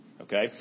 okay